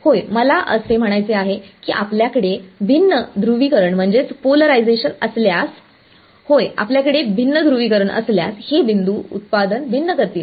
होय मला असे म्हणायचे आहे की आपल्याकडे भिन्न ध्रुवीकरण असल्यास होय आपल्याकडे भिन्न ध्रुवीकरण असल्यास हे बिंदू उत्पादन भिन्न करतील